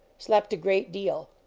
slept a great deal.